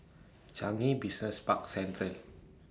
Changi Business Park Central